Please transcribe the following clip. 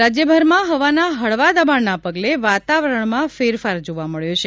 હવામાન રાજ્યભરમાં હવાના હળવા દબાણના પગલે વાતાવરણમાં ફેરફાર જોવા મળ્યો છે